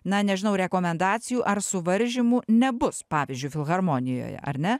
na nežinau rekomendacijų ar suvaržymų nebus pavyzdžiui filharmonijoje ar ne